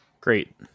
great